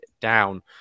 down